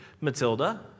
Matilda